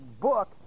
book